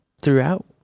throughout